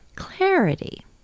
Clarity